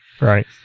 right